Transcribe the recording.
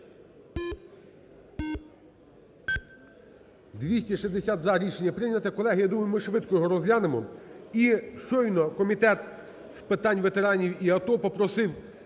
За-260 Рішення прийнято. Колеги, я думаю, ми швидко його розглянемо. І щойно Комітет з питань ветеранів і АТО попросив